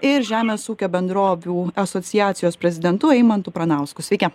ir žemės ūkio bendrovių asociacijos prezidentu eimantu pranausku sveiki